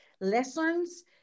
lessons